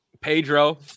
Pedro